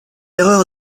erreur